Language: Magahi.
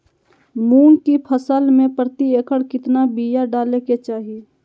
मूंग की फसल में प्रति एकड़ कितना बिया डाले के चाही?